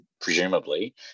presumably